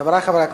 חברי חברי הכנסת,